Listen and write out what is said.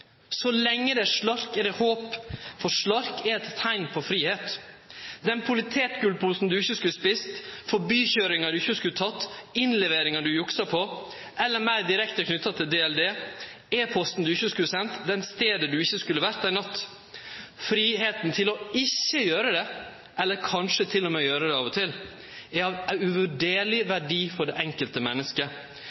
Så lenge det er slark, er det håp, for slark er eit teikn på fridom: den potetgullposen du ikkje skulle ete, forbikøyringa du ikkje skulle teke, innleveringa du juksa på – eller meir direkte knytt til datalagringsdirektivet – e-posten du ikkje skulle ha sendt, staden du ikkje skulle ha vore ei natt. Fridomen til ikkje å gjere det – eller kanskje til og med å gjere det av og til – er av uvurderleg verdi for det enkelte